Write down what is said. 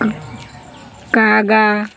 कागा